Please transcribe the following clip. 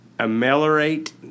ameliorate